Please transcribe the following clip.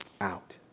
out